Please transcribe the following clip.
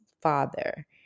father